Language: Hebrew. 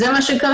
זה מה שקרה.